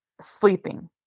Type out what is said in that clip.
Sleeping